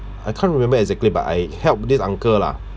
I can't remember exactly but I help this uncle lah